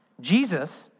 Jesus